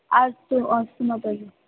अस्तु अस्तु माताजि